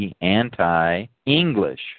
anti-English